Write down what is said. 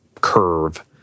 curve